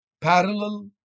parallel